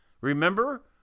Remember